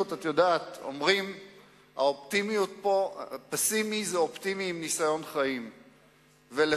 אומרים שפסימי זה אופטימי עם ניסיון חיים,